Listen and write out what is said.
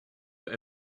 that